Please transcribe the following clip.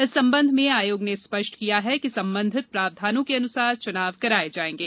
इस संबंध में आयोग ने स्पष्ट किया है कि संबंधित प्रावधानों के अनुसार चुनाव कराए जाएंगे